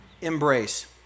embrace